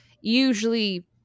usually